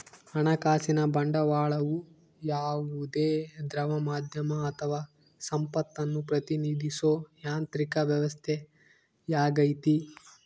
ಹಣಕಾಸಿನ ಬಂಡವಾಳವು ಯಾವುದೇ ದ್ರವ ಮಾಧ್ಯಮ ಅಥವಾ ಸಂಪತ್ತನ್ನು ಪ್ರತಿನಿಧಿಸೋ ಯಾಂತ್ರಿಕ ವ್ಯವಸ್ಥೆಯಾಗೈತಿ